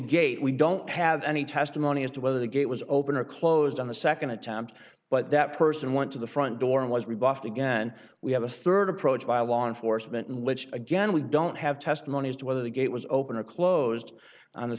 gate we don't have any testimony as to whether the gate was open or closed on the second attempt but that person went to the front door and was rebuffed again we have a third approach by a law enforcement in which again we don't have testimony as to whether the gate was open or closed on the